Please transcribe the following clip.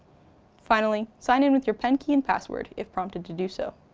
finally, sign in with your penn key and password if prompted to do so.